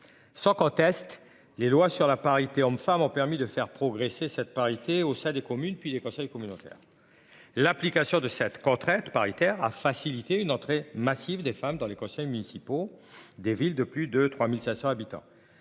Sans conteste les lois sur la parité hommes-femmes ont permis de faire progresser cette parité au sein des communes, puis les conseillers communautaires. L'application de cette contrainte paritaire à faciliter une entrée massive des femmes dans les conseils municipaux des villes de plus de 3500 habitants